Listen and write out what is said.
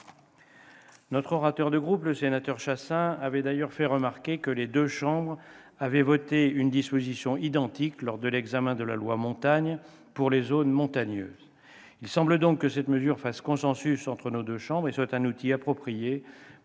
Notre orateur de groupe, le sénateur Chasseing, avait d'ailleurs fait remarquer que les deux chambres avaient voté une telle disposition, lors de l'examen de la loi Montagne, pour les zones montagneuses. Il semble donc que cette mesure fasse consensus entre nos deux chambres et soit un outil approprié